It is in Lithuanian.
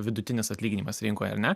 vidutinis atlyginimas rinkoje ar ne